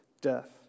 death